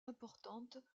importante